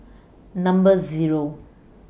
Number Zero